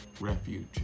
Refuge